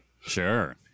Sure